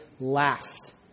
laughed